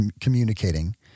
communicating